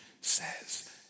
says